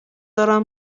دارم